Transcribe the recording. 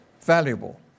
valuable